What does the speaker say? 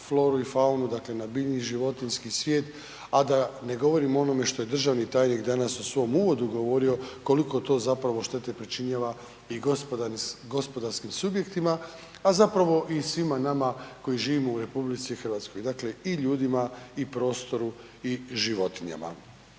na biljni i životinjski svijet a da ne govorimo o onome što je državni tajnik u svom uvodu govorio koliko to zapravo štetne pričinjava i gospodarskim subjektima a zapravo i svima koji živimo u RH. Dakle i ljudima i prostoru i životinjama.